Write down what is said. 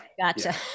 Gotcha